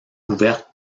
couverte